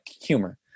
humor